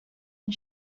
and